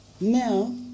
now